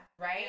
right